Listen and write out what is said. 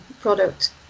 product